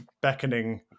beckoning